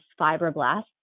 fibroblasts